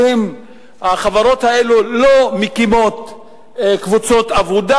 החברות האלה לא מקימות קבוצות עבודה